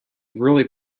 really